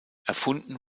erfunden